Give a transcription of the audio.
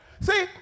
See